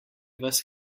vas